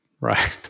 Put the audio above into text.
right